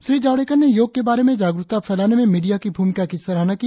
श्री जावड़ेकर ने योग के बारे में जागरुकता फैलाने में मीडिया की भूमिका की सराहना की